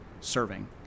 serving